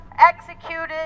executed